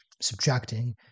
subtracting